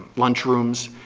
lunch rooms,